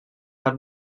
had